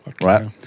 right